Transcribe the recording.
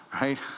right